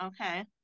Okay